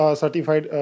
certified